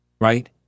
Right